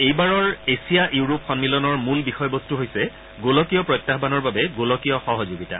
এইবাৰৰ Asia Europe সম্মিলনৰ মূল বিষয়বস্তু হৈছে গোলকীয় প্ৰত্যাহানৰ বাবে গোলকীয় সহযোগিতা